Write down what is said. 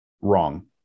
wrong